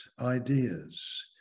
ideas